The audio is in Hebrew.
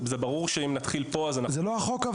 אבל זה לא החוק.